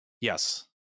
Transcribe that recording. Yes